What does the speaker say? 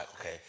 okay